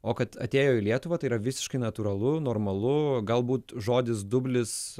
o kad atėjo į lietuvą tai yra visiškai natūralu normalu galbūt žodis dublis